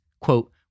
quote